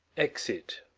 exit